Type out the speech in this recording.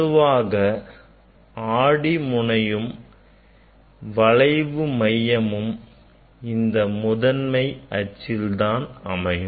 பொதுவாக ஆடி முனையும் வளைவு மையமும் இந்த முதன்மை அச்சில் அமையும்